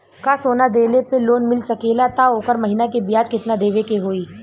का सोना देले पे लोन मिल सकेला त ओकर महीना के ब्याज कितनादेवे के होई?